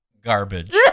Garbage